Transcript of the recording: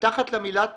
מתחת למילה "תקווה"